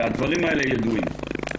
הדברים האלה ידועים.